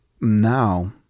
now